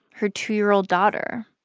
her two year old daughter?